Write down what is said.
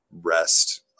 rest